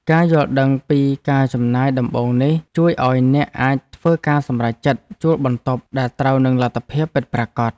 ការយល់ដឹងពីការចំណាយដំបូងនេះជួយឱ្យអ្នកអាចធ្វើការសម្រេចចិត្តជួលបន្ទប់ដែលត្រូវនឹងលទ្ធភាពពិតប្រាកដ។